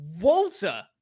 walter